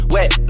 Wet